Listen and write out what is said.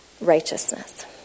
righteousness